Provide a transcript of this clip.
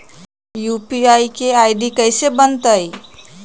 UPI के ID कैसे बनतई?